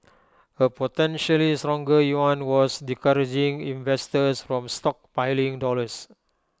A potentially stronger yuan was discouraging investors from stockpiling dollars